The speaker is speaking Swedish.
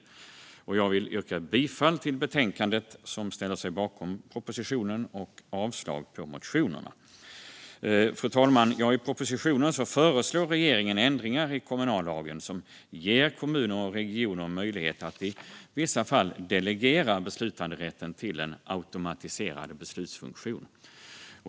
Jag vill yrka bifall till utskottets förslag, som ställer sig bakom propositionen, och avslag på motionerna. Fru talman! I propositionen föreslår regeringen ändringar i kommunallagen som ger kommuner och regioner möjlighet att i vissa fall delegera beslutanderätten till en automatiserad beslutsfunktion.